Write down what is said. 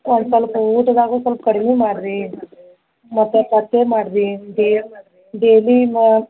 ಒಂದ್ಸೊಲ್ಪ ಊಟದಾಗು ಸೊಲ್ಪ ಕಡಿಮೆ ಮಾಡ್ರಿ ಮತ್ತು ಪಥ್ಯ ಮಾಡ್ರಿ ಡೈಲಿ ನಾ